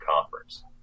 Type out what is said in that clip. conference